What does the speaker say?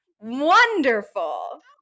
wonderful